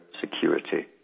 security